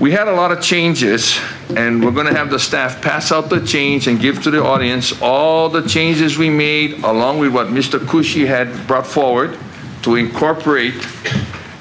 we have a lot of changes and we're going to have the staff pass out the change and give to the audience all the changes we made along with what mr khushi had brought forward to incorporate